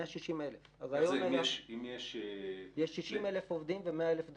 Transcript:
160,000. 60,000 עובדים ו-100,000 דיירים.